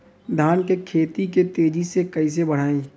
धान क खेती के तेजी से कइसे बढ़ाई?